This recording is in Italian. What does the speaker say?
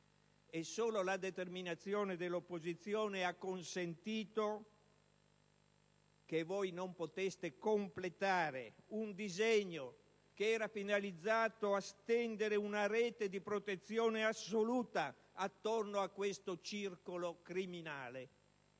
Solo la determinazione dell'opposizione ha consentito che voi non poteste completare un disegno finalizzato a stendere una rete di protezione assoluta attorno a questo circolo criminale.